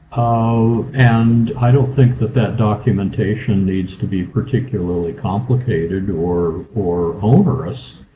ah and i don't think that that documentation needs to be particularly complicated or or onerous.